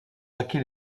acquis